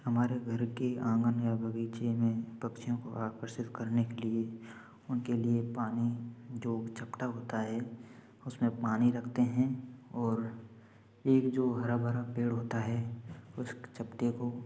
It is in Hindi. हमारे घर के आंगन या बगीचे में पक्षियों को आकर्षित करने के लिए उनके लिए पानी जो चपटा होता है उसमें पानी रखते हैं और एक जो हरा भरा पेड़ होता है उस चपटे को